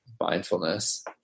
mindfulness